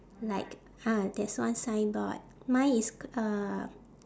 like ah there's one signboard mine is uh